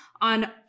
on